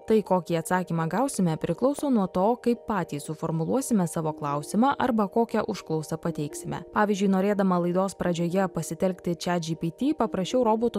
tai kokį atsakymą gausime priklauso nuo to kaip patys suformuluosime savo klausimą arba kokią užklausą pateiksime pavyzdžiui norėdama laidos pradžioje pasitelkti chatgpt paprašiau roboto